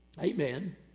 Amen